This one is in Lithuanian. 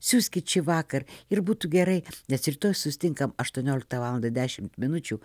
siųskit šįvakar ir būtų gerai nes rytoj susitinkam aštuonioliktą valandą dešimt minučių